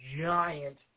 giant